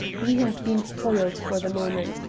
we have been foiled for the moment.